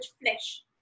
flesh